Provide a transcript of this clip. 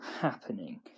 happening